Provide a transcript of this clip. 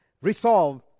resolve